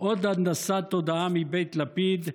עוד הנדסת תודעה מבית לפיד,